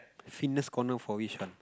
fitness corner for which one